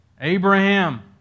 Abraham